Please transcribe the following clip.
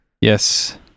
Yes